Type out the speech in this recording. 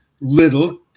little